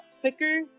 quicker